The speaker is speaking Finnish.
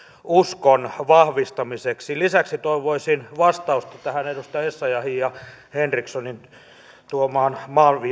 uskon vahvistamiseksi lisäksi toivoisin vastausta liittyen tähän edustaja essayahin ja henrikssonin esille tuomaan